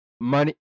money